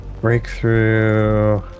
Breakthrough